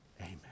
Amen